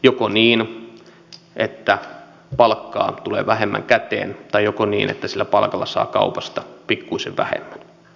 joko niin että palkkaa tulee vähemmän käteen tai niin että sillä palkalla saa kaupasta pikkuisen vähemmän